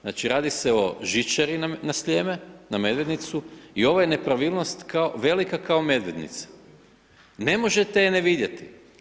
Znači radi se o žičari na Sljeme, na Medvednicu i ovo je nepravilnost velika kao Medvednica, ne možete ju ne vidjeti.